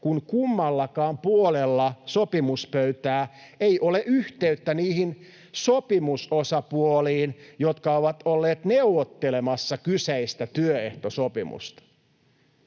kun kummallakaan puolella sopimuspöytää ei ole yhteyttä niihin sopimusosapuoliin, jotka ovat olleet neuvottelemassa kyseistä työehtosopimusta?